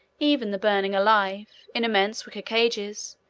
even the burning alive, in immense wicker cages,